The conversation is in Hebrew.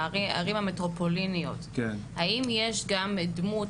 בערים המטרופוליניות - האם יש גם דמות